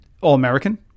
All-American